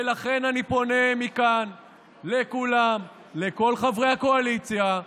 ולכן אני פונה מכאן לכולם, לכל חברי הקואליציה,